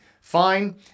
fine